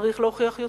צריך להוכיח יותר.